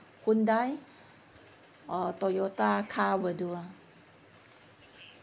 Hyundai or Toyota car will do lah